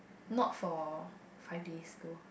not for five days though